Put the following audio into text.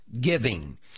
giving